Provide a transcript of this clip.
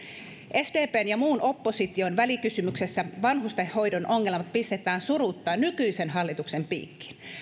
sdpn ja muun opposition välikysymyksessä vanhustenhoidon ongelmat pistetään surutta nykyisen hallituksen piikkiin